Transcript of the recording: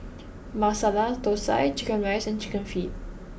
Masala Thosai Chicken Rice and Chicken Feet